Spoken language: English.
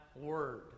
word